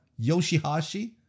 Yoshihashi